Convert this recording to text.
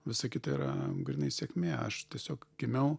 visa kita yra grynai sėkmė aš tiesiog gimiau